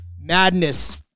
madness